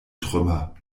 trümmer